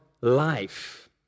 life